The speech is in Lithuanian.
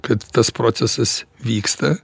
kad tas procesas vyksta